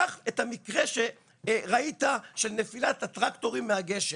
קח את המקרה שראית של נפילת הטרקטורים מהגשר,